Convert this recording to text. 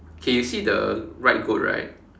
okay you see the right goat right